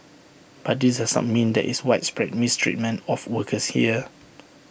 but this mean there is widespread mistreatment of workers here